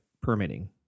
permitting